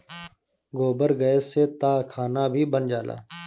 गोबर गैस से तअ खाना भी बन जाला